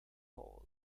paul